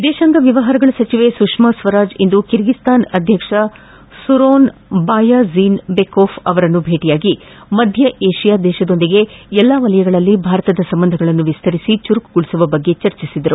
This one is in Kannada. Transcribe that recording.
ವಿದೇತಾಂಗ ವ್ಚವಹಾರಗಳ ಸಚಿವೆ ಸುಷ್ನಾ ಸ್ವರಾಜ್ ಇಂದು ಕಿರ್ಗಿಸ್ಥಾನ್ ಅಧ್ಯಕ್ಷ ಸುರೊನ್ ಬಾಯಾ ಝೀನ್ ಬೆಕೊಫ್ ಅವರನ್ನು ಭೇಟಿಯಾಗಿ ಮಧ್ಯ ಏಷ್ಟಾ ದೇಶದೊಂದಿಗೆ ಎಲ್ಲಾ ವಲಯಗಳಲ್ಲಿ ಭಾರತದ ಸಂಬಂಧಗಳನ್ನು ವಿಸ್ತರಿಸಿ ಚುರುಕುಗೊಳಿಸುವ ಬಗ್ಗೆ ಚರ್ಚಿಸಿದರು